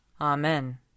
Amen